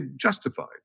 justified